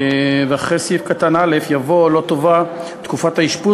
אחרי סעיף קטן (א) יבוא: (ב) לא תובא תקופת האשפוז